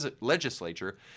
legislature